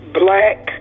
black